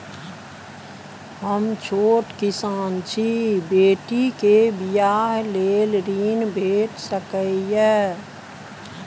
हम छोट किसान छी, बेटी के बियाह लेल ऋण भेट सकै ये?